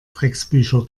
drecksbücher